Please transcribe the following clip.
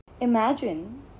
imagine